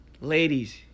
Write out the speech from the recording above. ladies